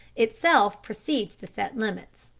itself proceeds to set limits.